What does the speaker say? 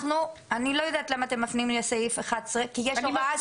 אני לא יודעת למה אתם מפנים לסעיף 11 כי יש הוראה ספציפית.